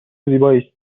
زیبایی